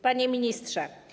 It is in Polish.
Panie Ministrze!